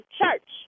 church